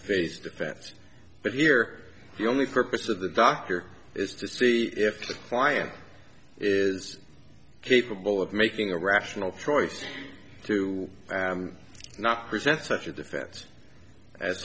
phase difference but here the only purpose of the doctor is to see if the client is capable of making a rational choice to not present such a defense a